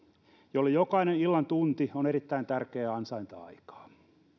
joille jokainen illan tunti on erittäin tärkeää ansainta aikaa